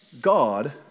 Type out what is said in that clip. God